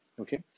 Okay